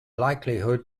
likelihood